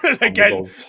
Again